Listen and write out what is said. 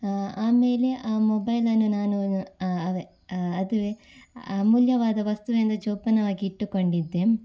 ಆಮೇಲೆ ಆ ಮೊಬೈಲನ್ನು ನಾನು ಅದೇ ಅದು ಅಮೂಲ್ಯವಾದ ವಸ್ತು ಎಂದು ಜೋಪಾನವಾಗಿಟ್ಟುಕೊಂಡಿದ್ದೆ